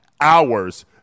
hours